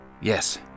Yes